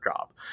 job